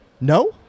No